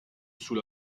sous